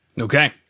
okay